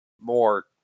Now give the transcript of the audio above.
more